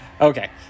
Okay